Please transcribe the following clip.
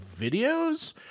videos